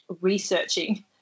researching